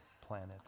planet